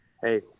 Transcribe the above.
hey